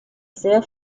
sehr